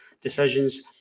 decisions